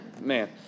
man